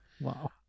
Wow